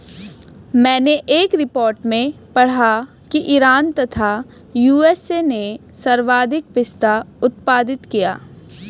मैनें एक रिपोर्ट में पढ़ा की ईरान तथा यू.एस.ए ने सर्वाधिक पिस्ता उत्पादित किया